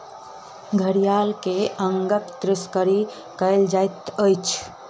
घड़ियाल के अंगक तस्करी कयल जाइत अछि